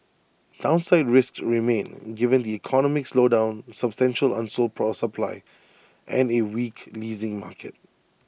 downside risks remain given the economic slowdown substantial unsold pro supply and A weak leasing market